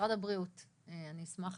משרד הבריאות, אני אשמח